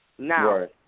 Now